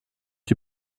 die